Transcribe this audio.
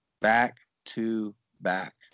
back-to-back